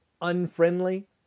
unfriendly